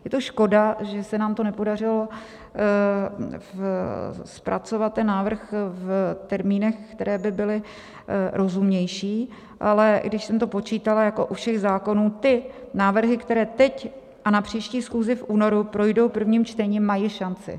Je to škoda, že se nám nepodařilo zpracovat ten návrh v termínech, které by byly rozumnější, ale když jsem to počítala, tak jako u všech zákonů ty návrhy, které teď a na příští schůzi v únoru projdou prvním čtením, mají šanci.